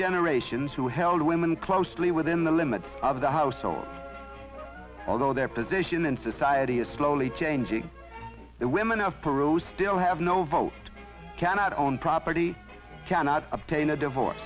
generations who held women closely within the limits of the household although their position in society is slowly changing the women of perot's still have no vote cannot own property cannot obtain a divorce